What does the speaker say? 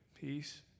peace